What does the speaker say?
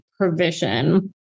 Provision